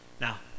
Now